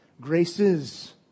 graces